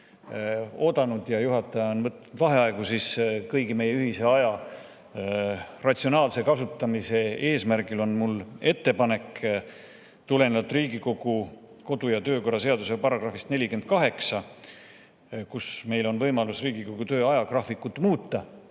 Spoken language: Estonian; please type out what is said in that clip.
ja juhataja on võtnud vaheaegu, siis kõigi meie ühise aja ratsionaalse kasutamise eesmärgil on mul ettepanek. Tulenevalt Riigikogu kodu- ja töökorra seaduse §-st 48, mille kohaselt meil on võimalus Riigikogu töö ajagraafikut muuta,